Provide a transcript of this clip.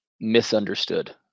misunderstood